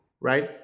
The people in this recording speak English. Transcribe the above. right